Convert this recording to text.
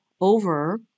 over